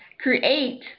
create